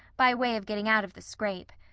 by way of getting out of the scrape.